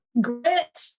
grit